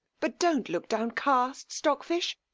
but don't look down cast, stockfish.